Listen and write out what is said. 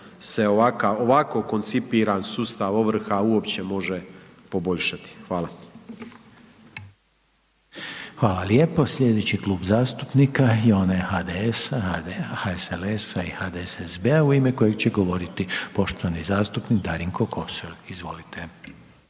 se ovako koncipiran sustav ovrha uopće može poboljšati. Hvala. **Reiner, Željko (HDZ)** Hvala lijepo. Sljedeći klub zastupnika je onaj HDS-a, HSLS-a i HDSSB-a u ime kojega će govoriti poštovani zastupnik Darinko Kosor. Izvolite.